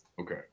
Okay